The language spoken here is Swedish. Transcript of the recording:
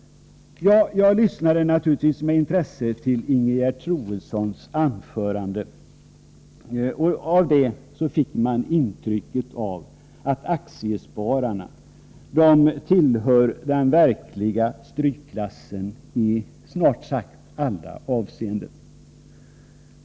Jag lyssnade naturligtvis med intresse på Ingegerd Troedssons anförande. Av det fick man intrycket att aktiespararna tillhör den verkliga strykklassen i snart sagt alla avseenden.